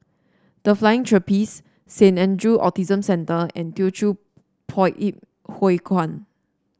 The Flying Trapeze Saint Andrew Autism Centre and Teochew Poit Ip Huay Kuan